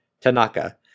Tanaka